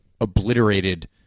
obliterated